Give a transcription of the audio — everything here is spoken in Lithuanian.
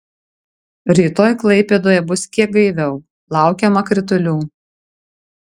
rytoj klaipėdoje bus kiek gaiviau laukiama kritulių